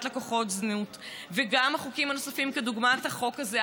לקוחות זנות וגם החוקים הנוספים כדוגמת החוק הזה,